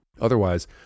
Otherwise